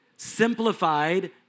simplified